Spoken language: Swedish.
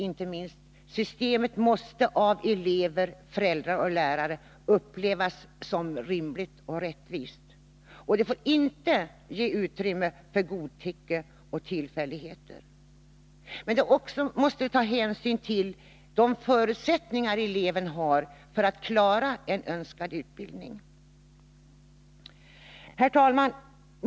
Inte minst måste sedan systemet av elever, föräldrar och lärare upplevas som rimligt och rättvist. Det får inte ge utrymme för godtycke och tillfälligheter. Men det måste också ta hänsyn till de förutsättningar en elev har för att klara en önskvärd utbildning. Herr talman!